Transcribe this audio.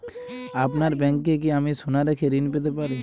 আপনার ব্যাংকে কি আমি সোনা রেখে ঋণ পেতে পারি?